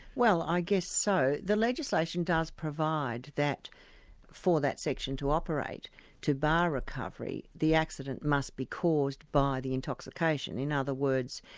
well, i guess so. the legislation does provide that for that section to operate to bar recovery the accident must be caused by the intoxication. in other words,